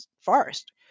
forest